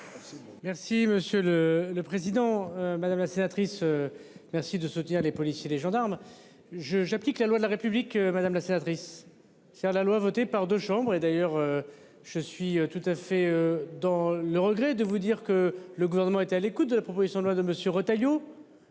Merci monsieur le le président, madame la sénatrice. Merci de soutien des policiers, des gendarmes je j'applique la loi de la République, madame la sénatrice, c'est-à-dire la loi votée par deux chambres et d'ailleurs. Je suis tout à fait dans le regret de vous dire que le gouvernement était à l'écoute de la proposition de loi de monsieur Retailleau.